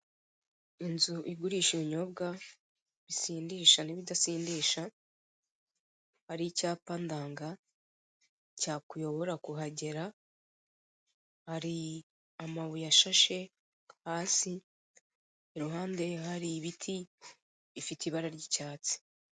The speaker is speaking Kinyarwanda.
Inzu igurisha ibinyobwa bisindisha n'ibidasindisha hari icyapa ndanga cyakuyobora kuhagera hari amabuye ashashe hasi iruhande hari ibiti bifite ibara ry'icyatsi.